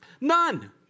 None